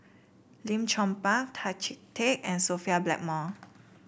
Lim Chong Pang Tan Chee Teck and Sophia Blackmore